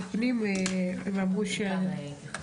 והם לא ברשימה שלך?